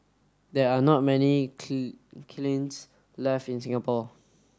there are not many left in Singapore